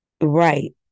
Right